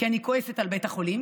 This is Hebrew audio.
כי אני כועסת על בית החולים.